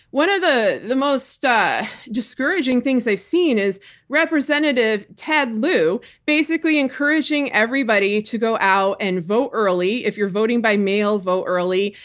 one of the the most ah discouraging things i've seen is representative ted lieu basically encouraging everybody to go out and vote early. if you're voting by mail, vote early.